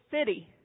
city